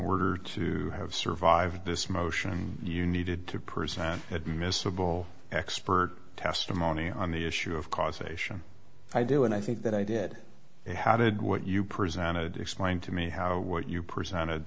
order to have survived this motion and you needed to present admissible expert testimony on the issue of causation i do and i think that i did it how did what you presented explained to me how what you presented